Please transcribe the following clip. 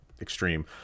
extreme